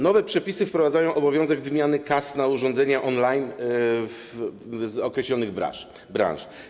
Nowe przepisy wprowadzają obowiązek wymiany kas na urządzenia online z określonych branż.